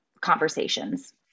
conversations